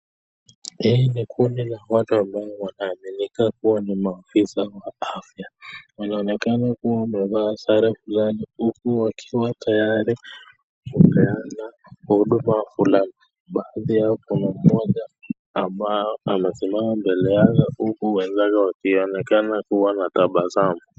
Hii ni kundi la watu ambao wanaaminika kuwa ni maafisa wa afya wanaonekana kuwa wamevaa sare fulani huku wakiwa tayari kupeana huduma fulani baadhi Yao Kuna moja ambayo anasimama mbele yake huku wenzake wakionekana kuwa na tabasamu.